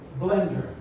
blender